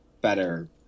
better